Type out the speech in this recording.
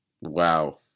Wow